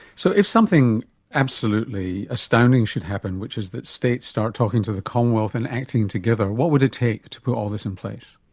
so if something absolutely astounding should happen, which is that states start talking to the commonwealth and acting together, what would it take to put all this in place?